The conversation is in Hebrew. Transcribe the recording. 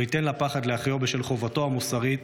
שלא ייתן לפחד להכריעו בשל חובתו המוסרית,